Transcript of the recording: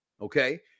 Okay